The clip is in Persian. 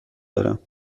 دارم